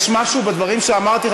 יש משהו בדברים שאמרתי,